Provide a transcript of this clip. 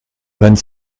vingt